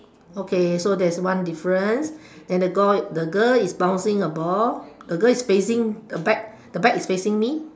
okay so there is one difference then the girl the girl is bouncing a ball the girl is facing a back the back is facing me